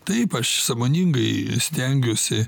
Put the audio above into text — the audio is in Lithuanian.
taip aš sąmoningai stengiuosi